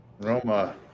Roma